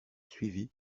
suivit